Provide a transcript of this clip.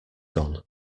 gone